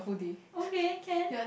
okay can